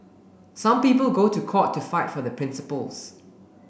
some people go to court to fight for their principles